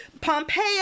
Pompeo